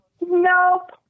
nope